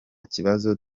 kibazo